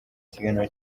kiganiro